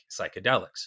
psychedelics